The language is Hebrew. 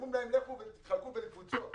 אומרים להם: תתחלקו לקבוצות,